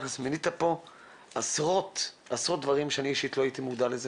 מנית פה עשרות דברים שאני אישית לא הייתי מודע לזה.